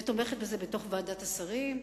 ותומכת בזה בתוך ועדת השרים,